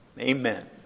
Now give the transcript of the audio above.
Amen